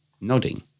nodding